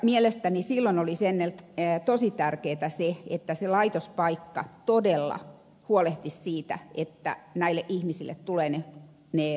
mielestäni silloin olisi tosi tärkeätä se että laitospaikka todella huolehtisi siitä että näille ihmisille tulevat tuet haetuiksi